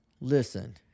listen